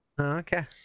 Okay